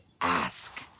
ask